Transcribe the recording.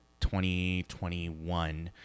2021